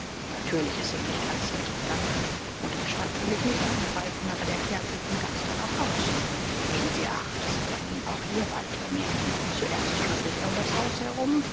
natürlich es sind nicht alles intriganten und den stand will ich nicht angreifen aber der kerl sieht mir ganz danach aus geben sie acht sie werden ihn auch hier bald bemerken zuerst schnüffelt er um das haus herum